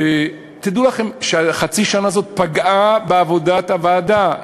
תדעו לכם שהחצי שנה הזאת פגעה בעבודת הוועדה,